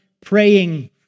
praying